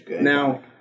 Now